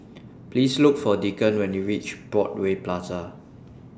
Please Look For Declan when YOU REACH Broadway Plaza